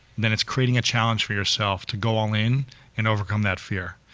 then it's creating a challenge for yourself to go all-in and overcome that fear.